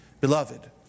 Beloved